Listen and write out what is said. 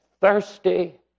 thirsty